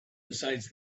besides